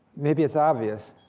maybe, it's obvious,